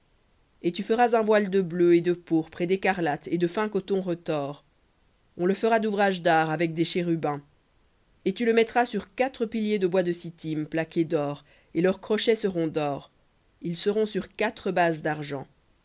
et tu feras un voile de bleu et de pourpre et d'écarlate et de fin coton retors on le fera d'ouvrage d'art avec des chérubins et tu le mettras sur quatre piliers de sittim plaqués d'or et leurs crochets seront d'or ils seront sur quatre bases d'argent